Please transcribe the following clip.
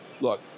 look